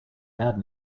bad